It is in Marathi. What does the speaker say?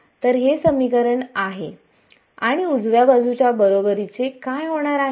तर हे समीकरण आहे आणि उजव्या बाजूच्या बरोबरीचे काय होणार आहे